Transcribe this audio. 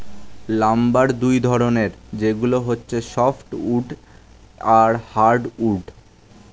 lumber দুই ধরনের, সেগুলো হচ্ছে সফ্ট উড আর হার্ড উড